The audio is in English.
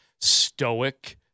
stoic